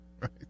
Right